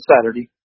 Saturday